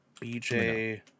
BJ